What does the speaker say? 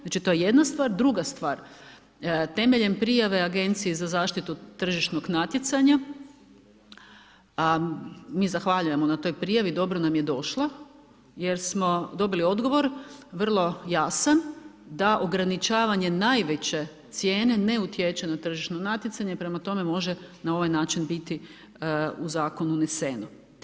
Znači to je jedna stvar, druga stvar, temeljem prijave Agencije za zaštitu tržišnog natječaja, a mi zahvaljujemo na toj prijavi, dobro nam je došla jer smo dobili odgovor, vrlo jasan da ograničavanje najveće cijene ne utječe na tržišno natjecanje, prema tome može na ovaj način biti u zakonu uneseno.